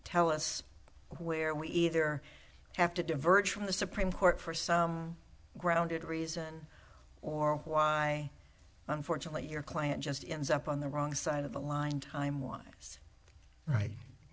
tell us where we either have to diverge from the supreme court for some grounded reason or why unfortunately your client just ends up on the wrong side of the line time wise right